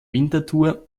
winterthur